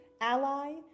ally